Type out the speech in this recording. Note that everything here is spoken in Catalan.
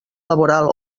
laboral